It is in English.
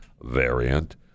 variant